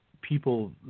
people